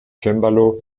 cembalo